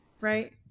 right